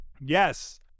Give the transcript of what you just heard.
Yes